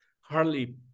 hardly